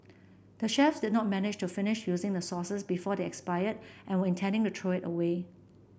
the chefs did not manage to finish using the sauces before they expired and were intending to throw it away